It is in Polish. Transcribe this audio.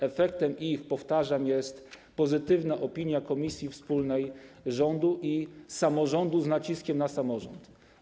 Ich efektem, powtarzam, jest pozytywna opinia komisji wspólnej rządu i samorządu, z naciskiem na samorząd.